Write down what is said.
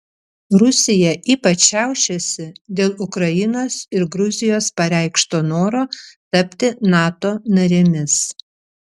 rusija ypač šiaušiasi dėl ukrainos ir gruzijos pareikšto noro tapti nato narėmis